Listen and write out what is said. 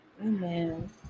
Amen